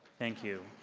thank you.